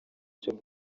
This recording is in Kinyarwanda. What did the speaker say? cyo